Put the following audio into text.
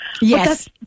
Yes